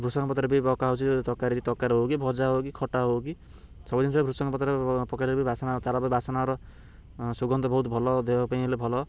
ଭୃଷଙ୍ଗ ପତ୍ର ବି ପକା ହଉଛି ତରକାରୀ ତରକାରୀ ହଉ କି ଭଜା ହଉ କି ଖଟା ହଉ କି ସବୁ ଜିନଷ ଭୃଷଙ୍ଗ ପତ୍ର ପକାଇଲେ ବି ବାସନ ତା'ର ବାସନାର ସୁଗନ୍ଧ ବହୁତ ଭଲ ଦେହ ପାଇଁ ହେଲେ ଭଲ